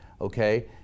Okay